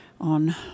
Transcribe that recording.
on